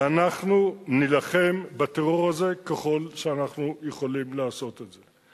ואנחנו נילחם בטרור הזה ככל שאנחנו יכולים לעשות את זה.